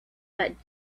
that